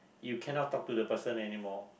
you cannot talk to the person anymore